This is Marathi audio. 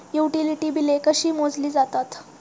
युटिलिटी बिले कशी मोजली जातात?